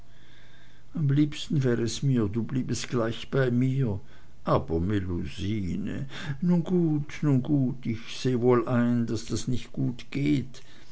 am liebsten wär es mir du bliebst gleich bei mir aber melusine nun gut nun gut ich sehe wohl ein daß das nicht gut geht